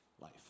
life